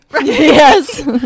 Yes